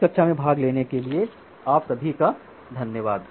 इस कक्षा में भाग लेने के लिए आप सभी का धन्यवाद